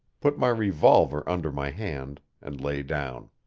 put my revolver under my hand, and lay down.